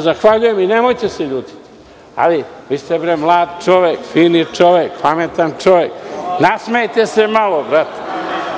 Zahvaljujem vam se i nemojte se ljutiti. Vi ste mlad čovek, fin čovek, pametan čovek. Nasmejte se malo. Malo